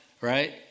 right